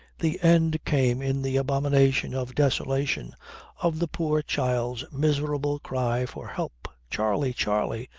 the end came in the abomination of desolation of the poor child's miserable cry for help charley! charley!